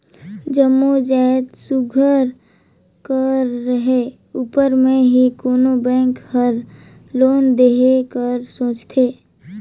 जम्मो जाएत सुग्घर कर रहें उपर में ही कोनो बेंक हर लोन देहे कर सोंचथे